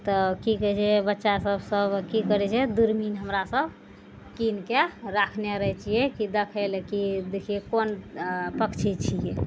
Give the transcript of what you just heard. तऽ की कहय छै बच्चा सब की करय छै दूरमीन हमरा सब कीनके राखने रहय छियै कि देखय लए की देखियै कोन पक्षी छियै